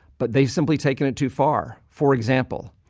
but they've simply taken it too far. for example,